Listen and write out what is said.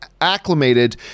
acclimated